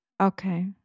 Okay